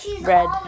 red